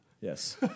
Yes